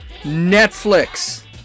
Netflix